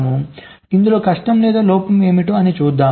కాబట్టిఇందులో కష్టం లేదా లోపం ఏమిటి చూద్దాం